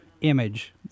image